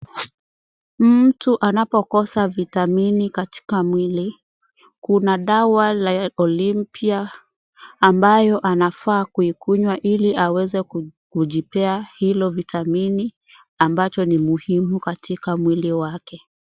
Mtu anapokosa vitamini katika mwili, kuna dawa la Olimpia ambayo anafaa kuikunywa ili aweze kujipea hilo vitamini ambacho ni muhimu katika mwili wake.